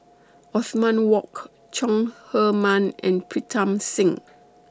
Othman Wok Chong Heman and Pritam Singh